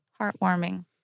Heartwarming